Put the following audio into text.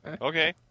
Okay